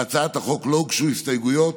להצעת החוק לא הוגשו הסתייגויות,